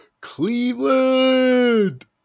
Cleveland